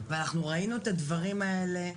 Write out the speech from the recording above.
ואנחנו ראינו את הדברים האלה,